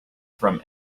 from